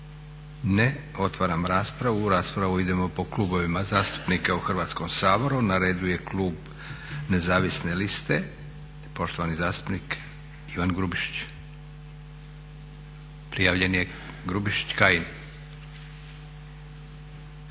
Ne. Otvaram raspravu. U raspravu idemo po klubovima zastupnika u Hrvatskom saboru. Na redu je klub Nezavisne liste i poštovani zastupnik Ivan Grubišić, prijavljen je Grubišić-Kajin.